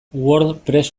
wordpress